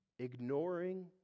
Ignoring